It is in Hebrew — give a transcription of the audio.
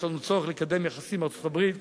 יש לנו צורך לקדם יחסים עם ארצות-הברית,